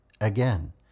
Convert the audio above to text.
Again